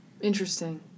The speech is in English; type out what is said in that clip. Interesting